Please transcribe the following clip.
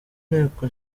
nteko